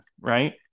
right